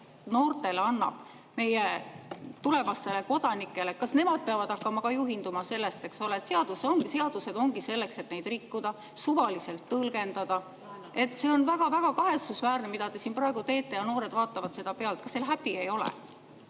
noortele, meie tulevastele kodanikele? Kas nemad peavad hakkama ka juhinduma sellest, et seadused ongi selleks, et neid rikkuda ja suvaliselt tõlgendada? See on väga kahetsusväärne, mida te praegu teete, ja noored vaatavad seda pealt. Kas teil häbi ei ole?